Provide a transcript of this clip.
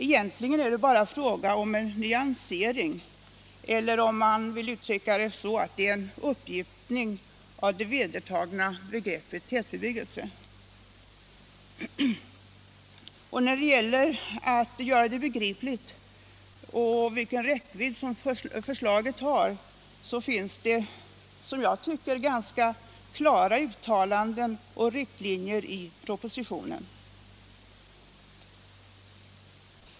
Egentligen är det bara fråga om en nyansering eller — om man vill uttrycka det så — en uppmjukning av det vedertagna begreppet tätbebyggelse. När det gäller att göra det hela begripligt och ange vilken räckvidd förslaget har så finns det, som jag tycker, ganska klara uttalanden och riktlinjer i propositionen.